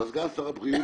אבל סגן שר הבריאות,